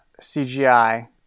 CGI